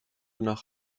nach